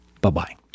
Bye-bye